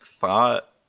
thought